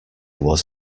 was